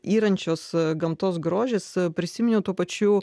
yrančios gamtos grožis prisiminiau tuo pačiu